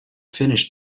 finished